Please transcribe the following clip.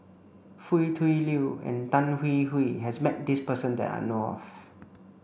Foo Tui Liew and Tan Hwee Hwee has met this person that I know of